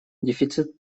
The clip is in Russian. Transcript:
дефицит